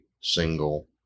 single